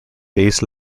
days